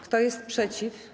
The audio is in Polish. Kto jest przeciw?